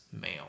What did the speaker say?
male